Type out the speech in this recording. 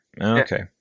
Okay